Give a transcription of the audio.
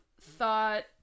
Thought